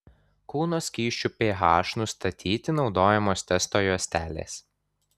kūno skysčių ph nustatyti naudojamos testo juostelės